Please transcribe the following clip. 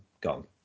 Gone